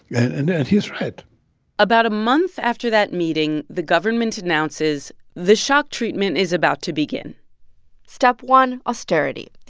and and he's right about a month after that meeting, the government announces the shock treatment is about to begin step one austerity.